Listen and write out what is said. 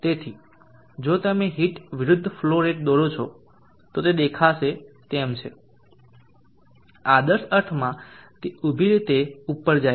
તેથી જો તમે હીટ વિરુદ્ધ ફ્લો રેટ દોરો છો તો તે દેખાશે તેમ છે આદર્શ અર્થમાં તે ઊભી રીતે ઉપર જાય છે